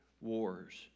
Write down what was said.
wars